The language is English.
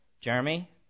Jeremy